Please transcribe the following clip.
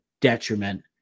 detriment